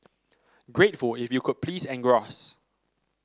grateful if you could please engross